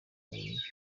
kwinjira